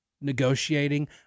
negotiating